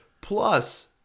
Plus